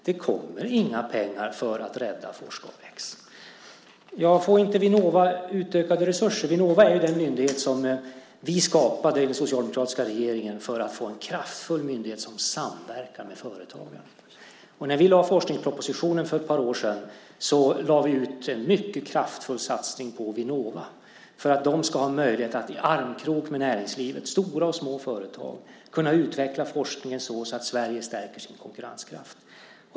Det kommer inga pengar för att rädda Forska och väx. Vinnova är den myndighet som vi i den socialdemokratiska regeringen skapade för att få en kraftfull myndighet som samverkar med företagen. När vi lade fram forskningspropositionen för ett par år sedan lade vi ut en mycket kraftfull satsning på Vinnova för att de ska ha en möjlighet att i armkrok med näringslivet, stora och små företag, kunna utveckla forskningen så att Sverige stärker sin konkurrenskraft.